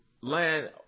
land